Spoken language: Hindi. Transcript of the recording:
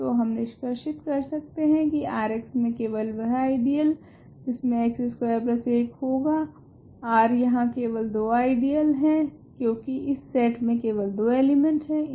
तो हम निष्कर्षित कर सकते है की Rx मे केवल वह आइडियल जिसमे x स्कवेर 1 होगा R यहाँ केवल दो आइडियल है क्योकि इस सेट मे केवल दो एलिमेंटस है